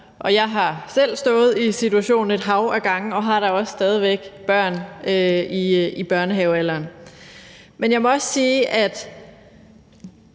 Jeg har selv stået i situationen et hav af gange og har da også stadig væk børn i børnehavealderen. Men jeg må også sige, at